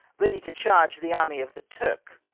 ready to charge the army of the turk.